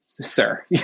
Sir